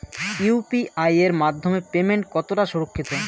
UPI এর মাধ্যমে payment কতটা সুরক্ষিত?